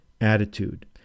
attitude